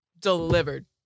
delivered